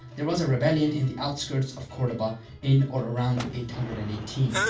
there was a rebellion in the outskirts of cordoba in or around eight hundred and eighteen.